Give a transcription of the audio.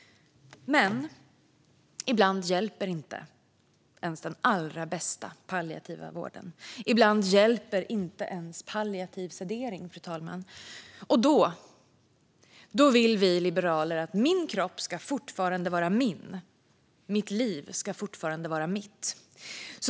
Ibland hjälper dock inte ens den allra bästa palliativa vården. Ibland hjälper inte ens palliativ sedering, fru talman. Då vill vi liberaler att min kropp fortfarande ska vara min, och mitt liv ska fortfarande vara mitt.